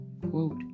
Quote